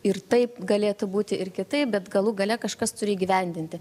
ir taip galėtų būti ir kitaip bet galų gale kažkas turi įgyvendinti